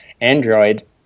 Android